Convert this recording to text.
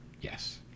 Yes